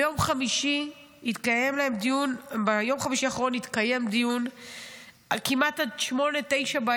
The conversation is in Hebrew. ביום חמישי האחרון התקיים דיון כמעט עד 20:00,